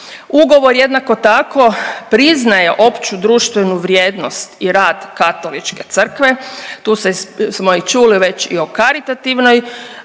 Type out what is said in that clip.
Ugovor jednako tako priznaje opću društvenu vrijednost i rad Katoličke crkve. Tu smo i čuli već i o karitativnoj